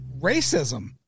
racism